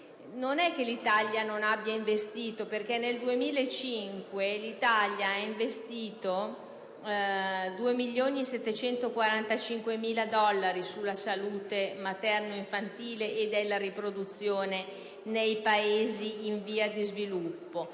Non è che l'Italia non abbia investito, perché nel 2005 ha investito 2.745.000 dollari sulla salute materno-infantile e della riproduzione per i Paesi in via di sviluppo.